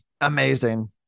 Amazing